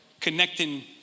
connecting